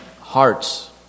hearts